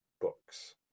books